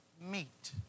meet